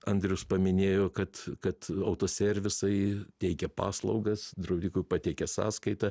andrius paminėjo kad kad autoservisai teikia paslaugas draudikui pateikia sąskaitą